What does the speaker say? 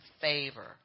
favor